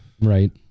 Right